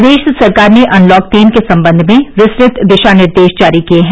प्रदेश सरकार ने अनलॉक तीन के सम्बंध में विस्तृत दिशा निर्देश जारी किए हैं